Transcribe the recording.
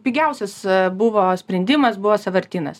pigiausias buvo sprendimas buvo sąvartynas